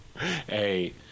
Hey